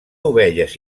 ovelles